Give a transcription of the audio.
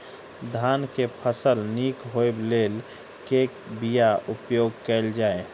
धान केँ फसल निक होब लेल केँ बीया उपयोग कैल जाय?